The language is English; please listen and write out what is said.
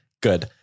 Good